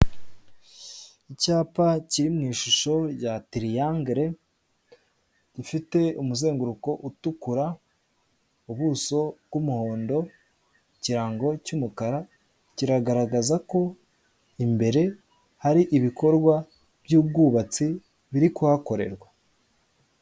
Icyapa kiri mu ishusho rya tiriyangere gifite umuzenguruko utukura, ubuso bw'umuhondo, ikirango cy'umukara kiragaragaza ko imbere hari ibikorwa by'ubwubatsi biri kuhakorerwa.